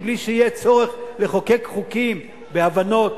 מבלי שיהיה צורך לחוקק חוקים והבנות,